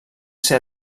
ser